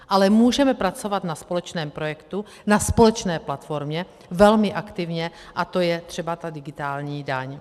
Ale můžeme pracovat na společném projektu, na společné platformě velmi aktivně, a to je třeba ta digitální daň.